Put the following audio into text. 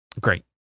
Great